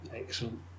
Excellent